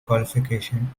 qualifications